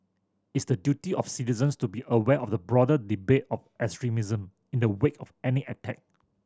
it's the duty of citizens to be aware of the broader debate of extremism in the wake of any attack